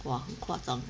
!wah! 很夸张